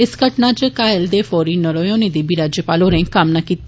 इस घटना इच घायल दे फौरी नरोए होने दी बी राज्यपाल होरें कामना कीती